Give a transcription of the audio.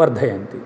वर्धयन्ति